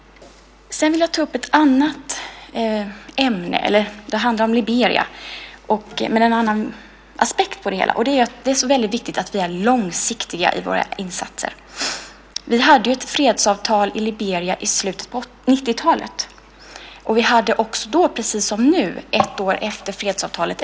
Sedan vill jag ta upp en annan aspekt när det handlar om Liberia. Det är att det är så viktigt att vi är långsiktiga i våra insatser. Vi hade ett fredsavtal i Liberia i slutet på 90-talet, och vi hade då precis som nu ett val ett år efter fredsavtalet.